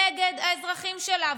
נגד האזרחים שלה.